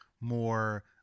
more